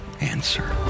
answer